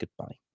goodbye